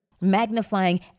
magnifying